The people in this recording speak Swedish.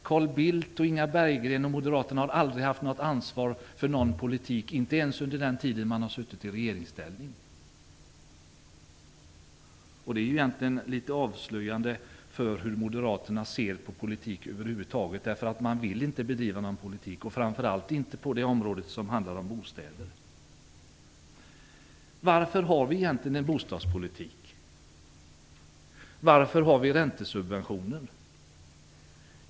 Carl Bildt, Inga Berggren och Moderaterna har aldrig haft något ansvar för någon politik, inte ens under den tid man suttit i regeringsställning. Det är egentligen litet avslöjande för hur Moderaterna ser på politik över huvud taget: Man vill inte bedriva någon politik och framför allt inte på det område som handlar om bostäder. Varför har vi egentligen en bostadspolitik? Varför har vi räntesubventioner?